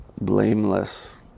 blameless